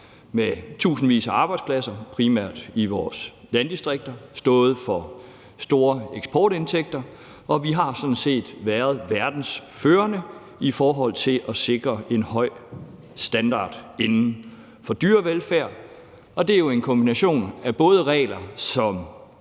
med tusindvis af arbejdspladser, primært i vores landdistrikter; det har stået for store eksportindtægter; og vi har sådan set været verdensførende i forhold til at sikre en høj standard inden for dyrevelfærd. Og det er jo en kombination af regler, som